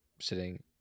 sitting